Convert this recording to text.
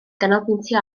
ganolbwyntio